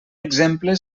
exemple